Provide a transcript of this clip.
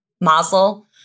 mazel